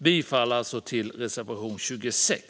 Jag yrkar bifall till reservation 26.